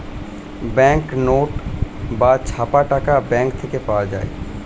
bank note বা ছাপা টাকা ব্যাঙ্ক থেকে পাওয়া যায়